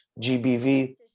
GBV